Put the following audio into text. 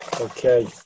Okay